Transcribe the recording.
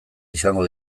izango